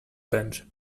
bench